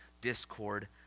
discord